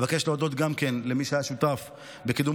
אבקש להודות גם כן למי שהיו שותפים בקידום